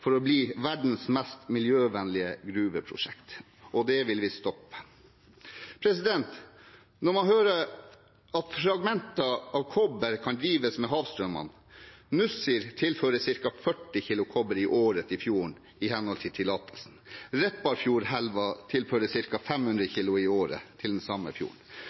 mål å bli verdens mest miljøvennlige gruveprosjekt – og det vil man stoppe. Når man hører at fragmenter av kobber kan drive med havstrømmene – Nussir tilfører ca. 40 kilo kobber i året til fjorden, i henhold til tillatelsen. Repparfjordelva tilfører ca. 500 kilo i året til den samme fjorden.